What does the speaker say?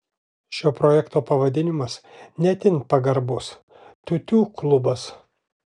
šio projekto pavadinimas ne itin pagarbus tiutiū klubas